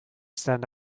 stand